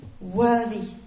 worthy